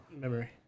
Memory